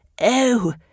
Oh